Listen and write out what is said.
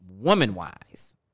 woman-wise